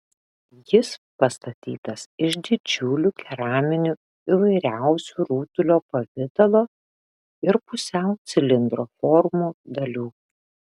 jis pastatytas iš didžiulių keraminių įvairiausių rutulio pavidalo ir pusiau cilindro formų dalių